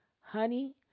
Honey